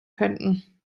könnten